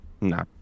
No